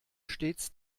stets